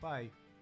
Bye